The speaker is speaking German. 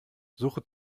suche